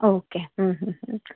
okay